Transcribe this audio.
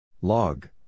Log